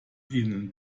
ihnen